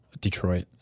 detroit